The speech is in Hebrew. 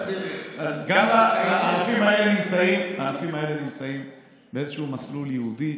אז גם הענפים האלה נמצאים באיזשהו מסלול ייעודי,